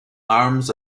arms